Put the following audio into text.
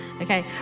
okay